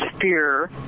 fear